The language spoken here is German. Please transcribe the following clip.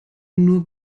nur